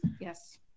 Yes